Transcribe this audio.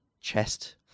chest